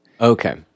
Okay